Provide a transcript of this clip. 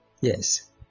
yes